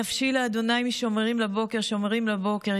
נפשי לאדני משמרים לבֹּקר שמרים לבֹּקר.